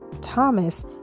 Thomas